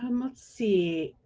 um let's see,